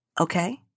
Okay